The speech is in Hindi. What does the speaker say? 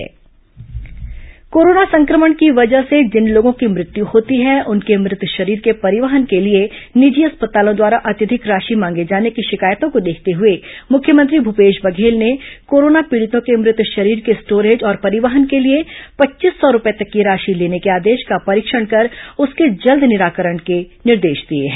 मुख्यमंत्री निर्देश कोरोना संक्रमण की वजह से जिन लोगों की मृत्यु होती है उनके मृत शरीर के परिवहन के लिए निजी अस्पतालों द्वारा अत्यधिक राशि मांगे जाने की शिकायतों को देखते हुए मुख्यमंत्री भूपेश बघेल ने कोरोना पीड़ितों के मृत शरीर के स्टोरेज और परिवहन के लिए पच्चीस सौ रूपये तक की राशि लेने के आदेश का परीक्षण कर उसके जल्द निराकरण करने के निर्देश दिए हैं